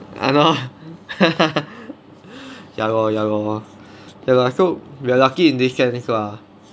!hannor! ya lor ya lor ya lor so we're lucky in this sense lah